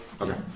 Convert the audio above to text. Okay